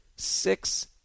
six